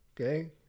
okay